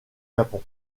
japon